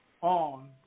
on